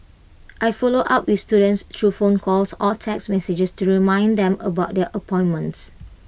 I follow up with students through phone calls or text messages to remind them about their appointments